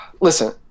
Listen